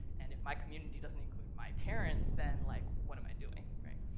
and if my community doesn't include my parents then, like, what am i doing, right?